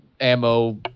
ammo